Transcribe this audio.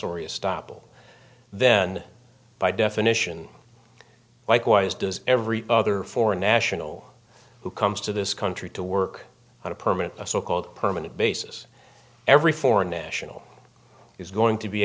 estoppel then by definition likewise does every other foreign national who comes to this country to work on a permanent a so called permanent basis every foreign national is going to be